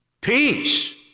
Peace